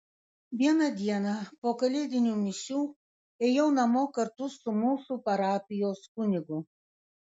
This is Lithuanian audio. vieną dieną po kalėdinių mišių ėjau namo kartu su mūsų parapijos kunigu